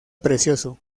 precioso